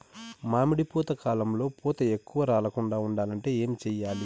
మామిడి పూత కాలంలో పూత ఎక్కువగా రాలకుండా ఉండాలంటే ఏమి చెయ్యాలి?